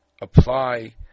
apply